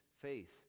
faith